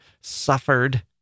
suffered